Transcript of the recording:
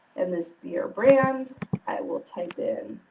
and this beerbrnd, i will type in